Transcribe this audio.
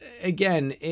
again